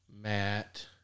Matt